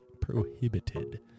prohibited